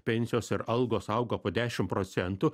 pensijos ir algos auga po dešim procentų